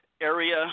area